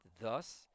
thus